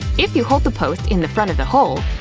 if you hold the post in the front of the hole,